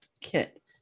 kit